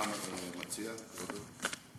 מה מציע כבודו?